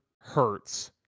Hurts